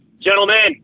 Gentlemen